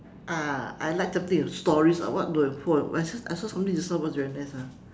ah I like something with stories ah what you were I saw I saw something just now was very nice ah